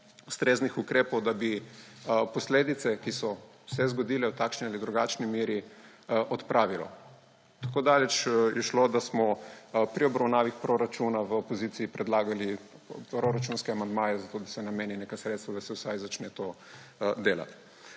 ustreznih ukrepov, da bi posledice, ki so se zgodile v takšni ali drugačni meri, odpravilo. Tako daleč je šlo, da smo pri obravnavi proračuna v opoziciji predlagali proračunske amandmaje, zato da se nameni neka sredstva, da se vsaj začne to delati.